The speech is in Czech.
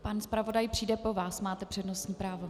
Pan zpravodaj přijde po vás, máte přednostní právo.